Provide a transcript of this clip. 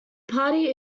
party